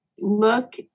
look